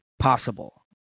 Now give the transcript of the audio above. possible